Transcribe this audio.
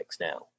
now